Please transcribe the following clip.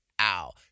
Ow